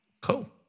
Cool